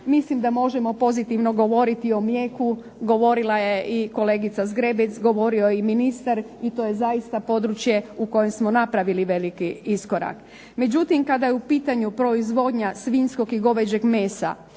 Mislim da možemo pozitivno govoriti o mlijeku, govorila je i kolegica Zgrebec, govorio je i ministar, i to je zaista područje u kojem smo napravili veliki iskorak. Međutim, kada je u pitanju proizvodnja svinjskog i goveđeg mesa,